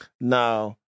No